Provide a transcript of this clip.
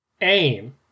aim